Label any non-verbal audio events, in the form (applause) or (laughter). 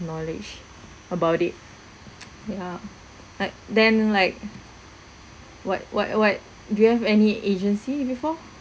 knowledge about it (noise) yeah like then like what what what do you have any agency before